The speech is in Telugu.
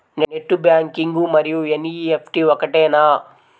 నెట్ బ్యాంకింగ్ మరియు ఎన్.ఈ.ఎఫ్.టీ ఒకటేనా?